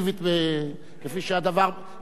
אפקטיבית, כפי שאדוני מראה.